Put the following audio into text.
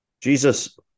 Jesus